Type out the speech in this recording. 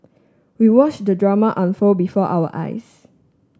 we watch the drama unfold before our eyes